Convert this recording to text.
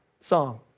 song